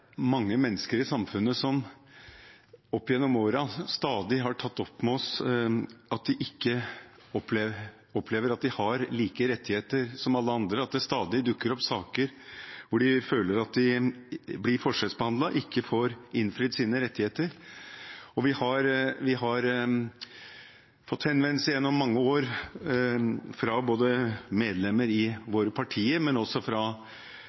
mange mennesker i samfunnet som opp gjennom årene stadig har tatt opp med oss at de ikke opplever at de har de samme rettighetene som alle andre. Det dukker stadig opp saker der de føler at de blir forskjellsbehandlet, og ikke får innfridd sine rettigheter. Vi har gjennom mange år fått henvendelser både fra medlemmer i våre partier og fra